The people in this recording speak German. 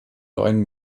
neuen